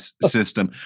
system